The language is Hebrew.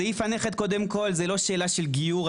סעיף הנכד, קודם כל, זו לא שאלה של גיור.